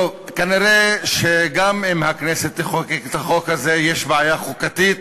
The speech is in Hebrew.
כנראה גם אם הכנסת תחוקק את החוק הזה יש בעיה חוקתית.